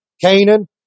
Canaan